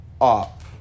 up